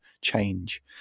change